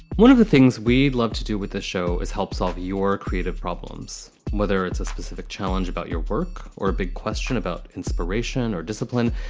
one of the things we'd love to do with this ah show is help solve your creative problems, whether it's a specific challenge about your work or a big question about inspiration or discipline.